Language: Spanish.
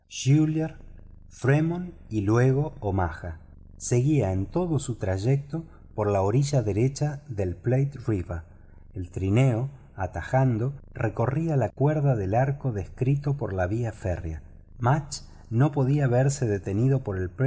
fremon y luego omaha seguía en todo su trayecto por la orilla derecha del rio platte el trineo atajando recorría la cuerda del arco descrito por la vía férrea mudge no podía verse detenido por el